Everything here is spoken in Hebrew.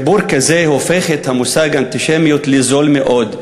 חיבור כזה הופך את המושג אנטישמיות לזול מאוד,